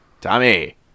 Tommy